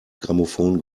grammophon